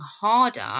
harder